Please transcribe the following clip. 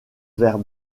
vers